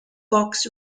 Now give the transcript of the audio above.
box